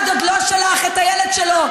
בניגוד לחברים הטרוריסטים שלך,